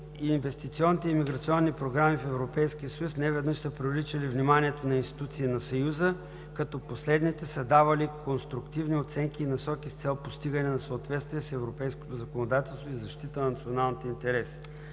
инвестиционните имиграционни програми в Европейския съюз неведнъж са привличали вниманието на институции на Съюза, като последните са давали конструктивни оценки и насоки с цел постигане на съответствие с европейското законодателство и защита на националните интереси.